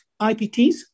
IPTs